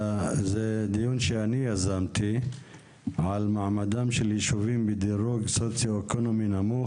זה דיון שאני יזמתי על מעמדם של ישובים בדירוג סוציואקונומי נמוך,